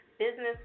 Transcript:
Business